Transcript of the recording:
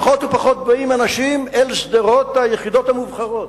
פחות ופחות באים אנשים אל שדרות היחידות המובחרות,